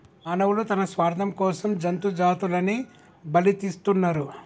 మానవులు తన స్వార్థం కోసం జంతు జాతులని బలితీస్తున్నరు